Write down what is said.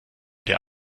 der